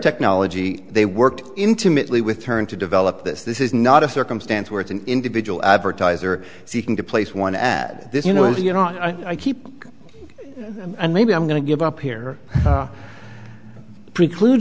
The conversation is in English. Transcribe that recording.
technology they worked intimately with turn to develop this this is not a circumstance where it's an individual advertiser seeking to place one ad this you know as you know i keep and maybe i'm going to give up here preclude